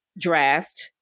draft